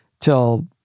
till-